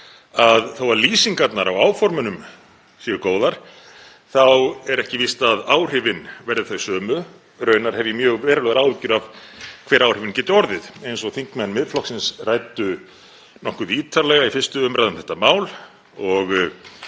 of. Þótt lýsingarnar á áformunum séu góðar þá er ekki víst að áhrifin verði þau sömu. Raunar hef ég verulegar áhyggjur af hver áhrifin geta orðið. Eins og þingmenn Miðflokksins ræddu nokkuð ítarlega í 1. umr. um þetta mál —